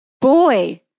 Boy